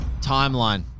Timeline